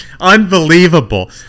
Unbelievable